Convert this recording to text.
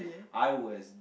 I was